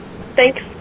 Thanks